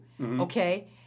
Okay